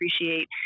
appreciate